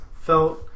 felt